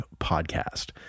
podcast